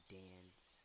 dance